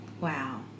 Wow